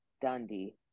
Dundee